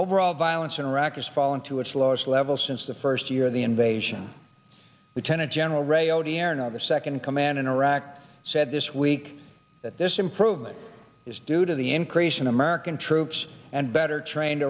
overall violence in iraq has fallen to its lowest level since the first year of the invasion we turn to general ray odierno the second command in iraq said this week that this improvement is due to the increase in american troops and better trained